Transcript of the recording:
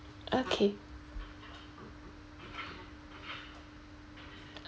okay